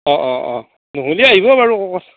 অঁ অঁ অঁ নহ'লি আইভো বাৰু একো কথা